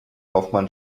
hoffmann